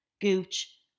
gooch